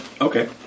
Okay